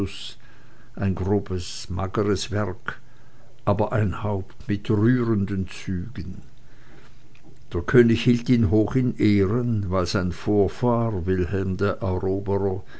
ein grobes mageres werk aber ein haupt mit rührenden zügen der könig hielt ihn hoch in ehren weil sein vorfahr wilhelm der eroberer